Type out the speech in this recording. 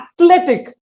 athletic